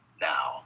Now